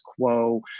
quo